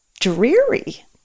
dreary